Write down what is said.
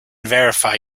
verify